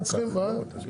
מה?